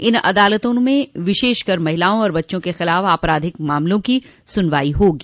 इन अदालतों में विशेषकर महिलाओं और बच्चों के खिलाफ आपराधिक मामलों की सुनवाई होगी